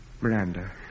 Miranda